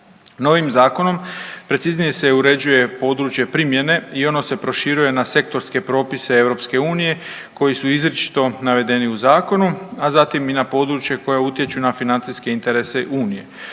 Novim zakonom preciznije se uređuje područje primjene i ono se proširuje na sektorske propise EU koji su izričito navedeni u zakonu, a zatim i na područja koja utječu na financijske interese Unije,